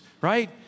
Right